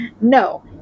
no